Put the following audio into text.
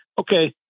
okay